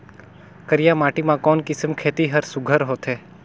करिया माटी मा कोन किसम खेती हर सुघ्घर होथे?